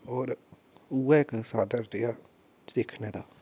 होर उ'ऐ इक साधन रेहा सिक्खने दा